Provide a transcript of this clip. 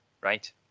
right